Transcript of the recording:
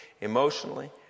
emotionally